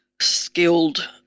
skilled